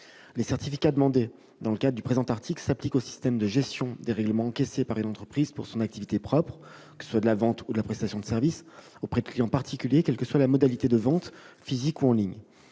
Les certificats demandés dans le cadre du présent article s'appliquent au système de gestion des règlements encaissés par une entreprise pour son activité propre, qu'il s'agisse de vente ou de prestation de services auprès de clients particuliers et quelle que soit la modalité de vente, physique ou en ligne.